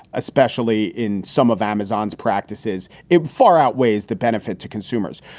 especially in some of amazon's practices, it far outweighs the benefit to consumers.